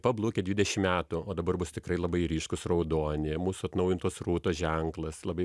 pablukę dvidešim metų o dabar bus tikrai labai ryškūs raudoni mūsų atnaujintos rūtos ženklas labai